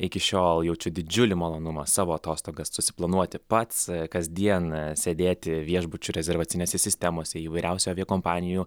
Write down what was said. iki šiol jaučiu didžiulį malonumą savo atostogas susiplanuoti pats kasdieną sėdėti viešbučių rezervacinėse sistemose įvairiausių aviakompanijų